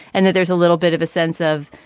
and that there's a little bit of a sense of,